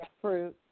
fruit